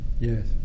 yes